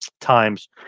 Times